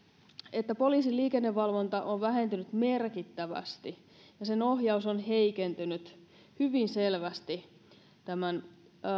että poliisin liikennevalvonta on vähentynyt merkittävästi ja sen ohjaus on heikentynyt hyvin selvästi